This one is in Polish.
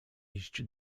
iść